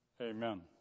Amen